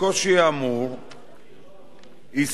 הסמיכה הרבנות הראשית